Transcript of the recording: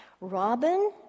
Robin